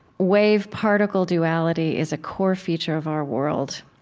wave particle duality is a core feature of our world.